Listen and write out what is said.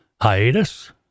hiatus